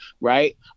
Right